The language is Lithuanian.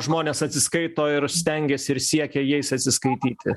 žmonės atsiskaito ir stengiasi ir siekia jais atsiskaityti